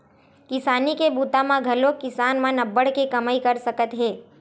किसानी के बूता म घलोक किसान मन अब्बड़ के कमई कर सकत हे